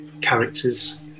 characters